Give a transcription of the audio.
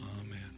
amen